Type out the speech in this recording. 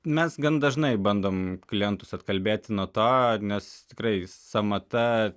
mes gan dažnai bandom klientus atkalbėti nuo to nes tikrai sąmata